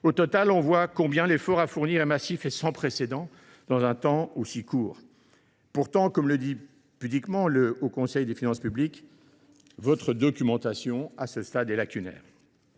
Au total, nous constatons combien l’effort à fournir est massif et sans précédent en un temps si court. Pourtant, comme l’écrit pudiquement le Haut Conseil des finances publiques, votre « documentation reste à ce stade lacunaire